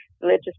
religious